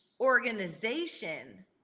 organization